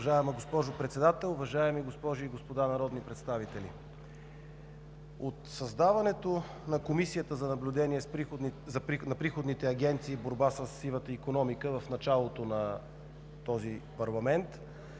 уважаема госпожо Председател. Уважаеми госпожи и господа народни представители! От създаването на Комисията за наблюдение на приходните агенции и борба със сивата икономика и контрабандата в началото на този парламент